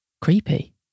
Creepy